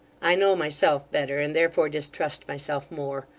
i know myself better, and therefore distrust myself more.